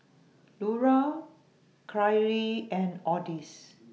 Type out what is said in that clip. Lura Kyrie and Odis